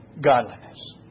godliness